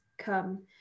come